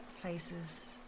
places